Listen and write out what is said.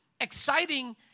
exciting